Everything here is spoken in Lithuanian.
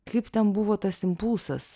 kaip ten buvo tas impulsas